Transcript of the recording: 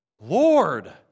Lord